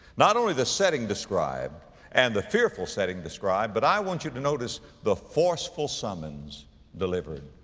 not only the setting described and the fearful setting described but i want you to notice the forceful summons delivered,